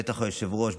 בטח היושב-ראש,